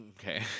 Okay